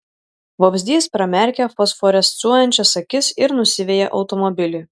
vabzdys pramerkia fosforescuojančias akis ir nusiveja automobilį